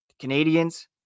Canadians